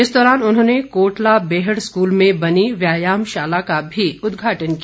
इस दौरान उन्होंने कोटला बेहड़ स्कूल में बनी व्यायाम शाला का भी उद्घाटन किया